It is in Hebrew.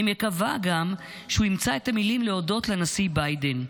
אני מקווה גם שהוא ימצא את המילים להודות לנשיא ביידן,